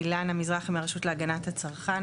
אילנה מזרחי מהרשות להגנת הצרכן,